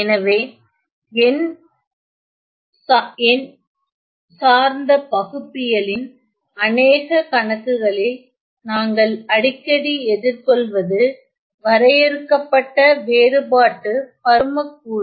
எனவே எண்சார்ந்த பகுப்பியல் ன் அநேக கணக்குகளில் நாங்கள் அடிக்கடி எதிர்கொள்வது வரையறுக்கப்பட்ட வேறுபாட்டு பருமக்கூறு